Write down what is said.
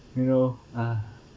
you know ah